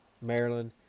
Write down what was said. Maryland